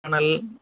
கானல்